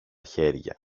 χέρια